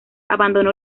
abandonó